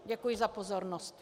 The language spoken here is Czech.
Děkuji za pozornost.